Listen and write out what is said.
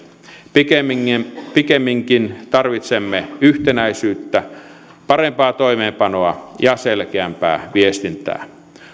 pikemminkin pikemminkin tarvitsemme yhtenäisyyttä parempaa toimeenpanoa ja selkeämpää viestintää